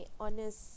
honest